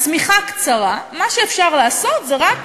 השמיכה קצרה, מה שאפשר לעשות זה רק